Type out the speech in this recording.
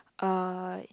uh